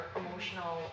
emotional